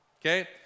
Okay